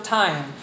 time